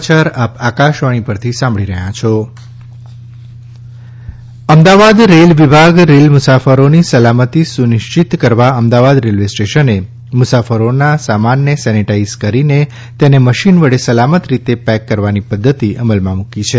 Ahmedabad railway Ahmedabad rail વિભાગ rail મુસાફરોની સલામતી સુનિશ્ચિત કરવા અમદાવાદ રેલવે સ્ટેશને મુસાફરોના સામનને સેનેટાઇઝ કરીને તેને મશીન વડે સલામત રીતે પેક કરવાની પદ્ધતિ અમલમાં મૂકી છે